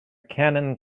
canon